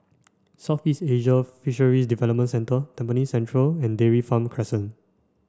Southeast Asian Fisheries Development Centre Tampines Central and Dairy Farm Crescent